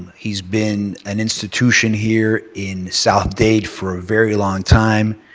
he has been an institution here in south dade for a very long time.